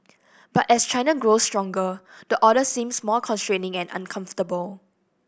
but as China grows stronger the order seems more constraining and uncomfortable